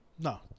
No